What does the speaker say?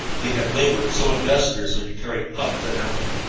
they had labored so industriously to carry up the mountain.